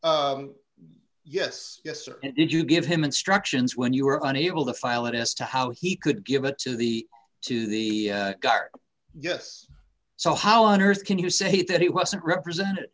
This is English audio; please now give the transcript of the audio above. yes yes or did you give him instructions when you were unable to file it as to how he could give it to the to the guard yes so how on earth can you say that he wasn't represented